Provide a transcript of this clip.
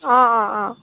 অঁ অঁ অঁ